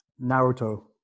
Naruto